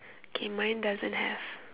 okay mine doesn't have